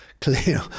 clear